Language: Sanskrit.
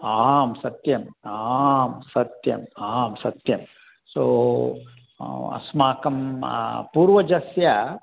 आं सत्यम् आं सत्यम् आं सत्यं सो अस्माकं पूर्वजस्य